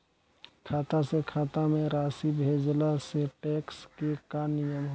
खाता से खाता में राशि भेजला से टेक्स के का नियम ह?